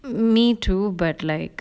me too but like